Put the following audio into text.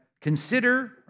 Consider